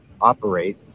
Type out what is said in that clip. operate